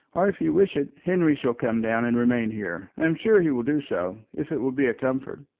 or, if you wish it, henry shall come down and remain here. i am sure he will do so, if it will be a comfort.